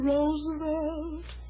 Roosevelt